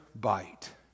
bite